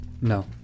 No